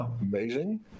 amazing